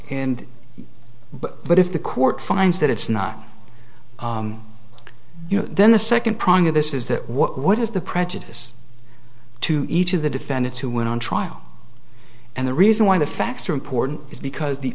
but but if the court finds that it's not you know then the second prong of this is that what what is the prejudice to each of the defendants who went on trial and the reason why the facts are important is because the